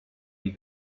die